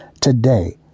today